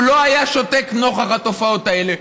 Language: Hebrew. הוא לא היה שותק נוכח התופעות האלה.